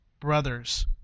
brothers